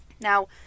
Now